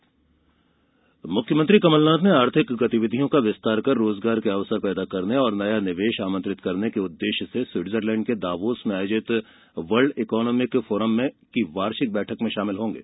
मुख्यमंत्री मुख्यमंत्री कमलनाथ प्रदेश में आर्थिक गतिविधियों का विस्तार कर रोजगार के अवसर पैदा करने और नया निवेश आमंत्रित करने के उद्देश्य से स्विटजरलैंड के दावोस में आयोजित वर्ल्ड इकॉनोमिक फोरम की वार्षिक बैठक में शामिल होंगे